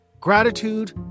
gratitude